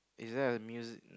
is there a muse